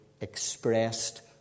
expressed